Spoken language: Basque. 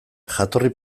jatorri